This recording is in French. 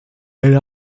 elle